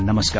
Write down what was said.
नमस्कार